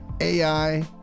ai